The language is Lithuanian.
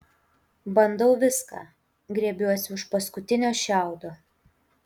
bandau viską grėbiuosi už paskutinio šiaudo